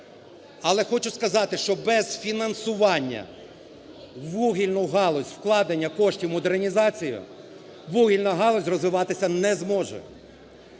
Але хочу сказати, що без фінансування в вугільну галузь, вкладення коштів у модернізацію вугільна галузь розвиватися не зможе.